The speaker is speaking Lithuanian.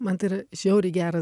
man tai yra žiauriai geras